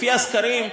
לפי הסקרים,